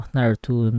Naruto